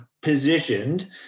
positioned